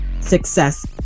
success